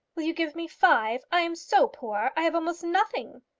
will you give me five? i am so poor. i have almost nothing.